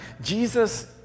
Jesus